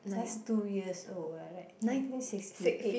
just two years old ah like I think sixty eight